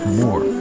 more